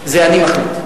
זה אני מחליט.